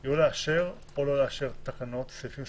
היא או לאשר או לא לאשר תקנות, סעיפים ספציפיים?